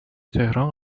تهران